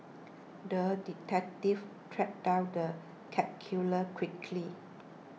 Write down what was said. the detective tracked down the cat killer quickly